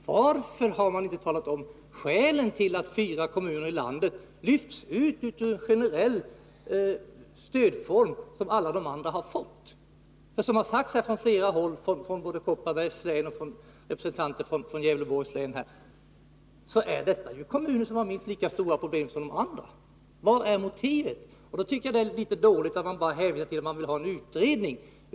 Varför har man inte angett skälen till att fyra kommuner i landet lyfts ut ur en generell stödform, som alla de andra kommunerna inom området har fått? Som det har sagts här från flera håll, från representanter för både Kopparbergs och Gävleborgs län, är detta kommuner som har minst lika stora problem som andra. Jag tycker att det är litet svagt att bara hänvisa till att det pågår en utredning.